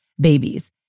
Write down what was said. babies